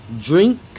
Drink